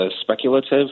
speculative